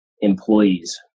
employees